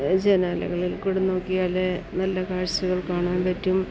ജനാലകളിൽ കൂടെ നോക്കിയാൽ നല്ല കാഴ്ചകൾ കാണാൻ പറ്റും